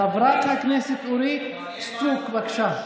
חברת הכנסת אורית סטרוק, בבקשה.